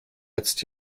jetzt